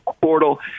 portal